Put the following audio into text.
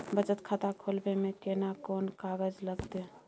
बचत खाता खोलबै में केना कोन कागज लागतै?